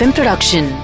Production